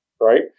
right